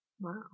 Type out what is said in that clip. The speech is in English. Wow